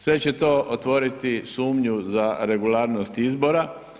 Sve će to otvoriti sumnju za regularnost izbora.